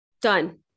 Done